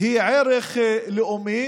היא ערך לאומי,